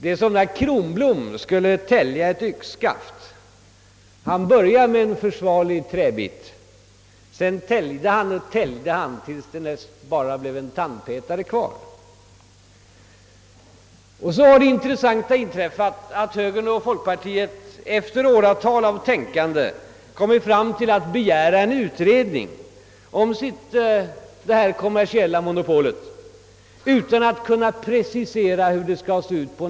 Det är som när seriefiguren Kronblom skulle tälja ett yxskaft. Han började med en försvarlig träbit. Sedan täljde han och täljde tills det bara var en tandpetare kvar. Så har det intressanta inträffat att högern och folkpartiet efter åratal av tänkande kommit fram till att man skall begära en utredning om detta kommersiella monopol utan att på nästan en enda punkt kunna precisera hur detta skall se ut.